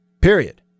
Period